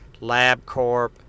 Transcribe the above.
LabCorp